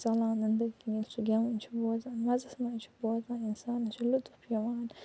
ژَلان أنٛدٔرۍ کِنۍ ییٚلہِ سُہ گٮ۪وُن چھُ بوزان مَزَس منٛز چھُ بوزان اِنسان مےٚ چھُ لُُف یِوان